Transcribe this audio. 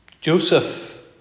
Joseph